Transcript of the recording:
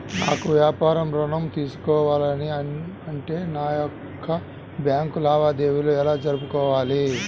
నాకు వ్యాపారం ఋణం తీసుకోవాలి అంటే నా యొక్క బ్యాంకు లావాదేవీలు ఎలా జరుపుకోవాలి?